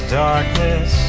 darkness